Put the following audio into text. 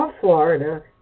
Florida